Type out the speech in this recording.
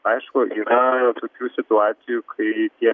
aišku yra tokių situacijų kai tie